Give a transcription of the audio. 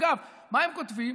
אגב, מה הם כותבים?